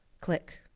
Click